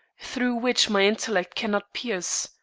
through which my intellect cannot pierce.